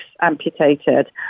amputated